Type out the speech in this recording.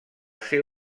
ser